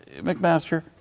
McMaster